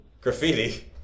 Graffiti